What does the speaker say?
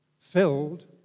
filled